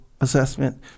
assessment